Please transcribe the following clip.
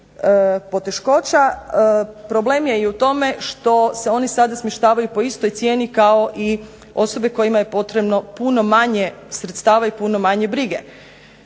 poteškoća. Problem je i u tome što se oni sada smještavaju po istoj cijeni kao i osobe kojima je potrebno puno manje sredstava i puno manje brige.